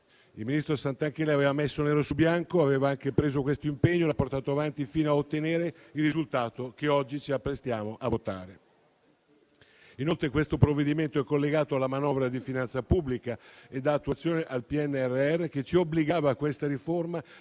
Il ministro Santanchè l'aveva messo nero su bianco, aveva anche preso questo impegno e l'ha portato avanti fino a ottenere il risultato che oggi ci apprestiamo a votare. Inoltre, questo provvedimento è collegato alla manovra di finanza pubblica e dà attuazione al PNNR, che ci obbligava a questa riforma